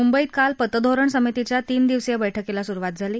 मुंबईत काल पतधोरण समितीच्या तीन दिवसीय बैठकीला सुरुवात झाली